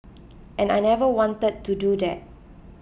and I never wanted to do that